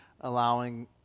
allowing